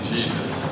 Jesus